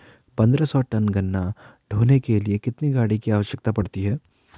पन्द्रह सौ टन गन्ना ढोने के लिए कितनी गाड़ी की आवश्यकता पड़ती है?